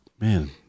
man